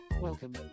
Welcome